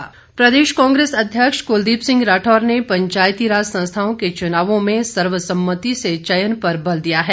राठौर प्रदेश कांग्रेस अध्यक्ष कुलदीप सिंह राठौर ने पंचायती राज संस्थाओं के चुनावों में सर्वसम्मति से चयन पर बल दिया है